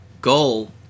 goal